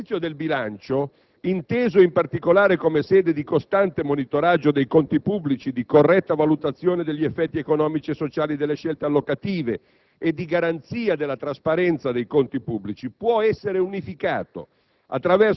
Il Servizio del bilancio, inteso in particolare come sede di costante monitoraggio dei conti pubblici e di corretta valutazione degli effetti economici e sociali delle scelte allocative e di garanzia della trasparenza dei conti pubblici, può essere unificato